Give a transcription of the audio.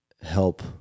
help